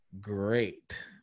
great